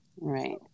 right